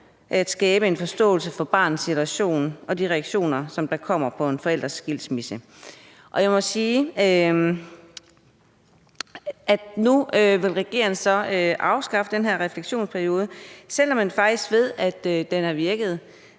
at skabe en forståelse for barnets situation og de reaktioner, der kommer på forældrenes skilsmisse. Nu vil regeringen så afskaffe den her refleksionsperiode, selv om man faktisk ved, at den har virket.